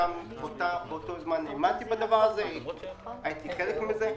באותו זמן האמנתי בדבר הזה, הייתי חלק מזה,